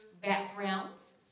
backgrounds